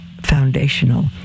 foundational